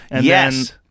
Yes